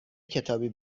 کتابی